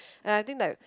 and I think like